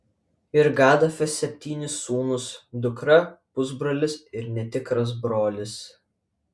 ir gadafio septyni sūnūs dukra pusbrolis ir netikras brolis